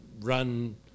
run